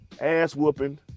ass-whooping